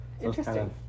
Interesting